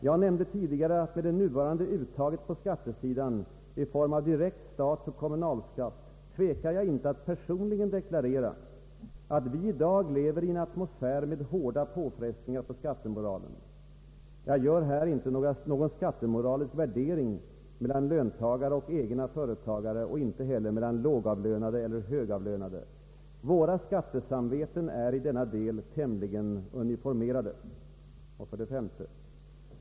”Jag nämnde tidigare att med det nuvarande uttaget på skattesidan i form av direkt statsoch kommunalskatt tvekar jag inte att personligen deklarera att vi i dag lever i en atmosfär med hårda påfrestningar på skattemoralen. Jag gör här inte någon skattemoralisk värdering mellan löntagare och egna företagare och inte heller mellan lågavlönade eller högavlönade. Våra skattesamveten är i denna del tämligen uniformerade.” 5.